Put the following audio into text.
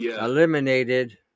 eliminated